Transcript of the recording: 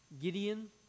Gideon